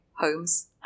homes